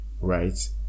right